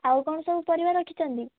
ଆଉ କ'ଣ ସବୁ ପରିବା ରଖିଛନ୍ତି